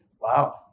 Wow